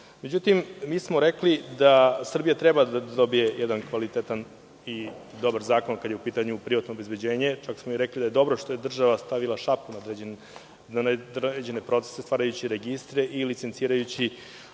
međutim, mi smo rekli da Srbija treba da dobije jedan kvalitetan i dobar zakon kada je u pitanju privatno obezbeđenje. Čak smo i rekli da je dobro što je država stavila šapu na određene procese stvarajući registre i licencirajući